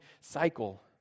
cycle